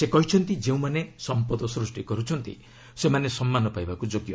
ସେ କହିଛନ୍ତି ଯେଉଁମାନେ ସମ୍ପଦ ସୃଷ୍ଟି କରୁଛନ୍ତି ସେମାନେ ସମ୍ମାନ ପାଇବାକ୍ ଯୋଗ୍ୟ